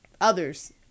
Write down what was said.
others